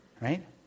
Right